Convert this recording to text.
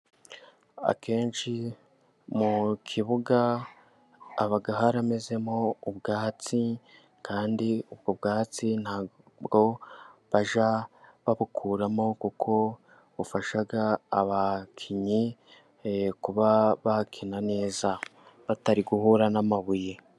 Akenshi mu kibuga haba haramezemo ubwatsi, kandi ubwo bwatsi nta bwo bajya babukuramo. Kuko bufasha abakinnyi kuba bakina neza batari guhura n'amabuye.